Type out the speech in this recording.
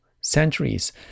centuries